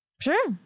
Sure